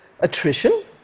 Attrition